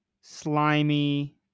slimy